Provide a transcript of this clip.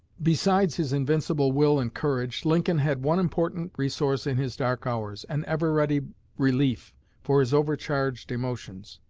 besides his invincible will and courage, lincoln had one important resource in his dark hours, an ever-ready relief for his overcharged emotions.